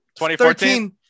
2014